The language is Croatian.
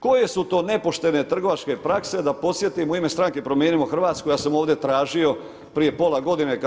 Koje su to nepoštene trgovačke prakse, da podsjetim u ime stranke Promijenimo Hrvatsku ja sam ovdje tražio prije pola godine